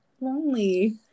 lonely